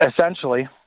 Essentially